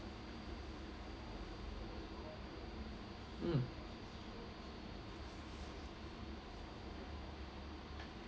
mm